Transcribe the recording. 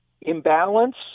imbalance